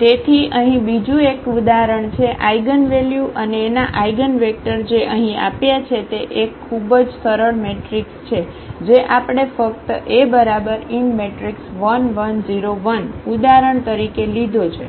તેથી અહીં બીજું એક ઉદાહરણ છે આઇગનવેલ્યુ અને એના આઇગનવેક્ટર જે અહીં આપ્યા છે તે એક ખૂબ જ સરળ મેટ્રિક્સ જે આપણે ફક્ત A1 1 0 1 ઉદાહરણ તરીકે લીધો છે